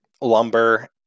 lumber